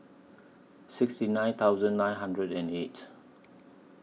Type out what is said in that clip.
sixty nine thousand nine hundred and eight